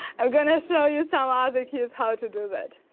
i'm going to show you some ah other kits how to do that.